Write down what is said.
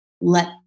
let